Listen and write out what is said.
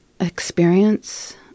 experience